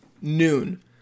noon